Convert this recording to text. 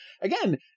again